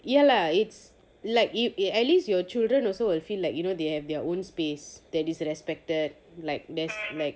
ya lah it's like you you at least your children also will feel like you know they have their own space that is respected like there's like